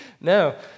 No